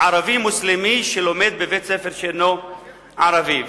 ערבי מוסלמי שלומד בבית-ספר שאינו ערבי.